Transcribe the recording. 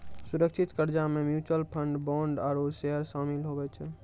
सुरक्षित कर्जा मे म्यूच्यूअल फंड, बोंड आरू सेयर सामिल हुवै छै